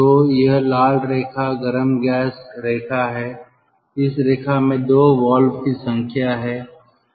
तो यह लाल रेखा गर्म गैस रेखा है इस रेखा में 2 वाल्व की संख्या है